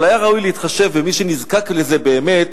אבל היה ראוי להתחשב במי שנזקק לזה באמת